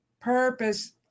purpose